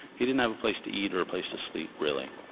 he didn't have a place to eat or a place to sleep, really.